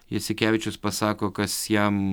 jasikevičius pasako kas jam